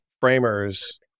framers